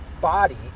body